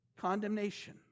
condemnation